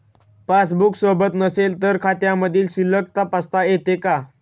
Passbook सोबत नसेल तर खात्यामधील शिल्लक तपासता येते का?